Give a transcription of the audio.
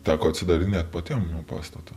teko atsidarinėti patiem jau pastatą